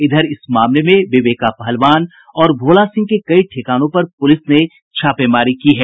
इधर इस मामले में विवेका पहलवान और भोला सिंह के कई ठिकानों पर पुलिस ने छापेमारी की है